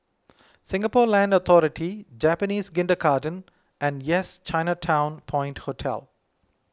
Singapore Land Authority Japanese Kindergarten and Yes Chinatown Point Hotel